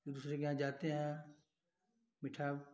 एक दूसरे के यहाँ जाते हैं मीठा